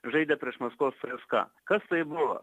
žaidė prieš maskvos cska kas tai buvo